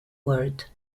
word